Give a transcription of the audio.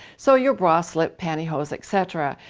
so your bra, slip, pantyhose etc.